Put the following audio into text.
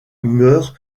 meurent